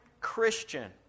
Christian